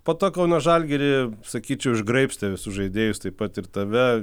poto kauno žalgirį sakyčiau išgraibstė visus žaidėjus taip pat ir tave